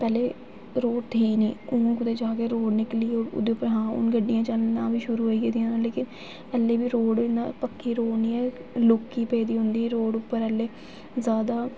पैह्लें रोड थी नी हून कुदै जाके रोड निकली ऐ उ'दे उप्पर हा हून गड्डियां चलना बी शुरू होई गेदियां न लेकिन ऐल्ली बी रोड इ'यां पक्की रोड निं ऐ लुक ही पेदी होंदी रोड उप्पर ऐल्लै जादा